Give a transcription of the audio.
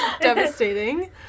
devastating